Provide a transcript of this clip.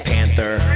Panther